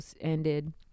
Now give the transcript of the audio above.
ended